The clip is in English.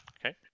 Okay